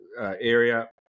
area